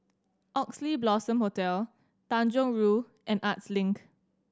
Oxley Blossom Hotel Tanjong Rhu and Arts Link